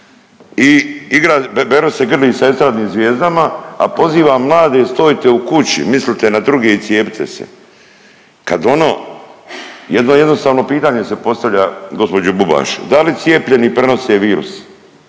na igrica i Beroš se grli sa estradnim zvijezdama, a poziva mlade stojte u kući, mislite na druge i cijepite se. Kad ono jedva jednostavno pitanje se postavlja gospođo Bubaš, da li cijepljeni prenose virus,